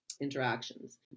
interactions